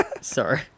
Sorry